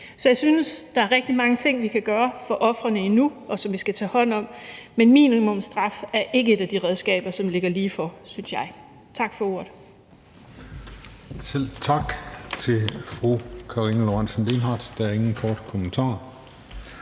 Så jeg synes, at der er rigtig mange ting, vi endnu kan gøre for ofrene, og som vi skal tage hånd om, men minimumsstraffe synes jeg ikke er et af de redskaber, der ligger ligefor. Tak for ordet.